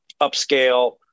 upscale